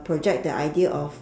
project the idea of